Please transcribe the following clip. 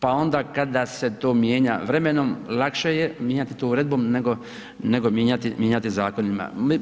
Pa onda kada se to mijenja vremenom lakše je mijenjati to uredbom nego mijenjati zakonima.